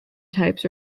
types